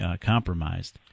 compromised